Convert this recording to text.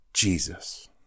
Jesus